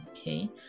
Okay